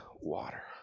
water